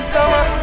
Summer